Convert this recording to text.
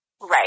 Right